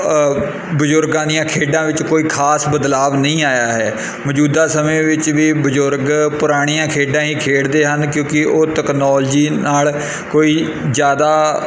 ਬਜ਼ੁਰਗਾਂ ਦੀਆਂ ਖੇਡਾਂ ਵਿੱਚ ਕੋਈ ਖ਼ਾਸ ਬਦਲਾਵ ਨਹੀਂ ਆਇਆ ਹੈ ਮੌਜੂਦਾ ਸਮੇਂ ਵਿੱਚ ਵੀ ਬਜ਼ੁਰਗ ਪੁਰਾਣੀਆਂ ਖੇਡਾਂ ਹੀ ਖੇਡਦੇ ਹਨ ਕਿਉਂਕਿ ਉਹ ਟੈਕਨੋਲੋਜੀ ਨਾਲ ਕੋਈ ਜ਼ਿਆਦਾ